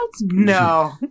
No